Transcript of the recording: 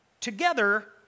together